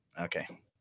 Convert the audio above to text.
Okay